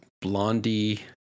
blondie